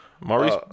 Maurice